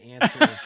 answer